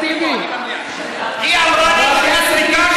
כיוון שהיא קיבלה החלטה,